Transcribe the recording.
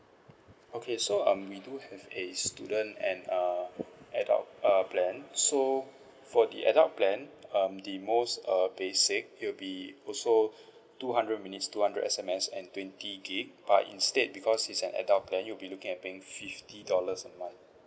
okay so um we do have a student and err adult err plan so for the adult plan um the most err basic it'll be also two hundred minutes two hundred S_M_S and twenty gigabyte but instead because is an adult then you'll be looking at paying fifty dollars a month